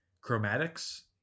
chromatics